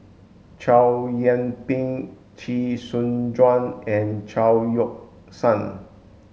Chow Yian Ping Chee Soon Juan and Chao Yoke San